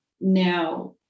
now